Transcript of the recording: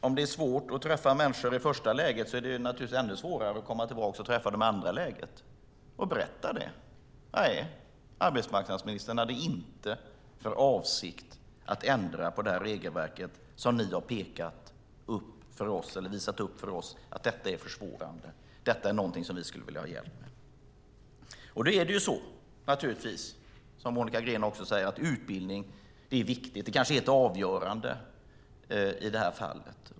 Om det är svårt att träffa människor i det första läget är det naturligtvis ännu svårare att komma tillbaka och berätta: Nej, arbetsmarknadsministern har inte för avsikt att ändra på det här regelverket som ni har pekat på är försvårande och vill ha hjälp med. Det är naturligtvis så som Monica Green också säger att utbildning är viktigt och kanske helt avgörande i det här fallet.